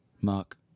Mark